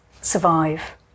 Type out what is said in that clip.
survive